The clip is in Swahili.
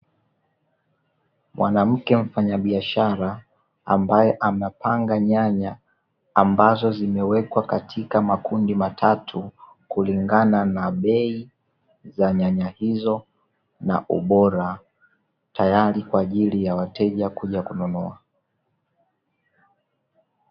Mwanamke mfanyabiashara ambaye anapanga nyanya ambazo ameziweka katika makundi matatu, kulingana na bei ya nyanya hizo na ubora, tayari kwa wateja kuja kununua.